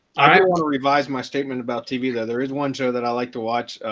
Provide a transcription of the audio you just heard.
i want to revise my statement about tv. there there is one show that i like to watch.